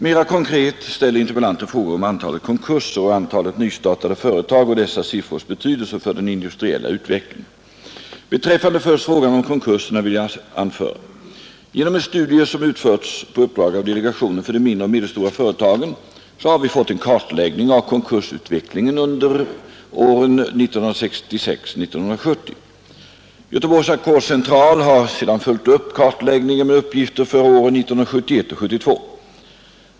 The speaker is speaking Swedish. Mera konkret ställer interpellanten frågor om antalet konkurser och antalet nystartade företag och dessa siffrors betydelse för den industriella utvecklingen. Beträffande först frågan om konkurserna vill jag anföra: Genom en studie som utförts på uppdrag av delegationen för de mindre och medelstora företagen har vi fått en kartläggning av konkursutvecklingen åren 1966-1970. Göteborgs ackordcentral har sedan följt upp kartläggningen med uppgifter för åren 1971 och 1972.